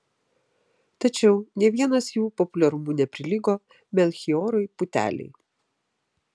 tačiau nė vienas jų populiarumu neprilygo melchijorui putelei